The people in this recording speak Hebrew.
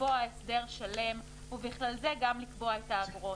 לקבוע הסדר שלם, ובכלל זה גם לקבוע את האגרות.